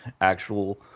actual